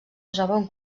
usaven